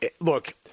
look